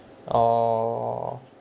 oh